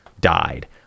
died